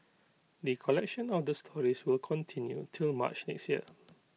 the collection of the stories will continue till March next year